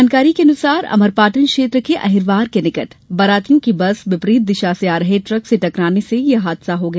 जानकारी के अनुसार अमरपाटन क्षेत्र के अहिरवार के निकट बारातियों की बस विपरित दिशा से आ रहे ट्रक से टकराने से यह हादसा हो गया